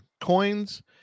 coins